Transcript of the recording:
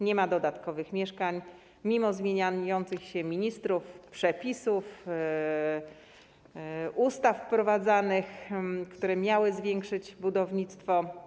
Nie ma dodatkowych mieszkań mimo zmieniających się ministrów, przepisów i wprowadzanych ustaw, które miały rozwinąć budownictwo.